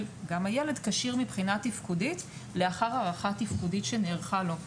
כשיר מבחינה תפקודית לאחר הערכה תפקודית שנערכה לו.